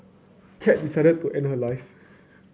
cat decided to end her life